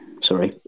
Sorry